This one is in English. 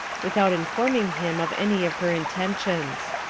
without informing him of any of her intentions.